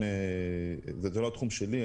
זה לא התחום שלי,